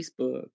Facebook